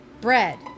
bread